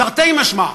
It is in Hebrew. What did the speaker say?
תרתי משמע.